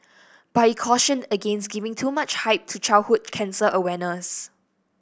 but he cautioned against giving too much hype to childhood cancer awareness